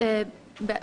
דבר שני,